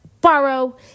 borrow